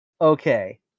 Okay